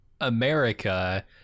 America